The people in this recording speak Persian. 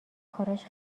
کارش